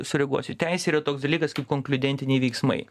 sureaguosiu teisėj yra toks dalykas kaip konkliudentiniai veiksmai